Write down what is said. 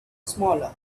smaller